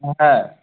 হ্যাঁ